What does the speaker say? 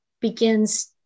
begins